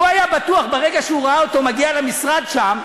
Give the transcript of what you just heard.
והוא היה בטוח, ברגע שהוא ראה אותו מגיע למשרד שם,